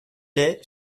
est